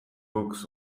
books